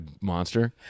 monster